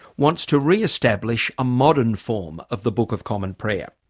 wants to re-establish a modern form of the book of common prayer.